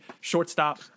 shortstop